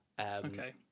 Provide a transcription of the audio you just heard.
Okay